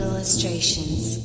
illustrations